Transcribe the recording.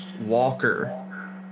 Walker